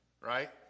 right